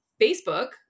Facebook